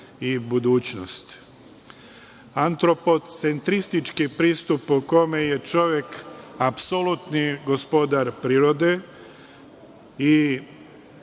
i budućnost. Antropotcentristički pristup po kome je čovek apsolutni gospodar prirode, i